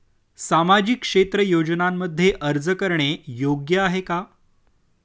सामाजिक क्षेत्र योजनांमध्ये अर्ज करणे योग्य आहे का?